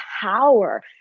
power